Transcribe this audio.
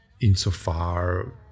insofar